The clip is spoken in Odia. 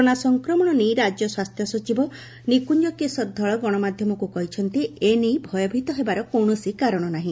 କରୋନା ସଂକ୍ରମଣ ନେଇ ରାଜ୍ୟ ସ୍ୱାସ୍ଥ୍ୟ ସଚିବ ନିକୁଞ୍ଞ କିଶୋର ଧଳ ଗଶମାଧ୍ଧମକୁ କହିଛନ୍ତି ଏନେଇ ଭୟଭୀତ ହେବାର କୌଣସି କାରଣ ନାହି